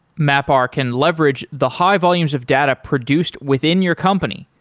mapr can leverage the high volumes of data produced within your company,